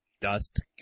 dust